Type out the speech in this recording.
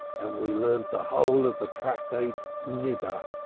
and we learnt the whole of the tractate niddah.